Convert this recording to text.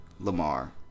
lamar